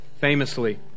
famously